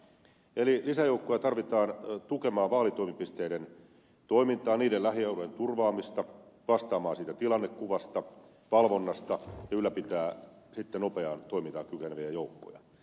lisäjoukkoja tarvitaan tukemaan vaalitoimipisteiden toimintaa niiden lähialueiden turvaamista vastaamaan tilannekuvasta valvonnasta ja ylläpitämään sitten nopeaan toimintaan kykeneviä joukkoja